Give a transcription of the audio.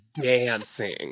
dancing